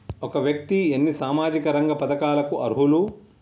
ఒక వ్యక్తి ఎన్ని సామాజిక రంగ పథకాలకు అర్హులు?